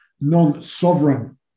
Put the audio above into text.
non-sovereign